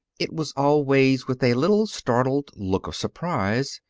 it was always with a little startled look of surprise,